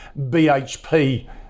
BHP